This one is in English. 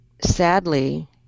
sadly